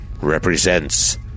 Represents